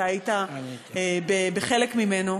אתה היית בחלק ממנו.